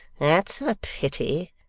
that's a pity.